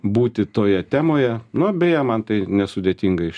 būti toje temoje nu beje man tai nesudėtinga iš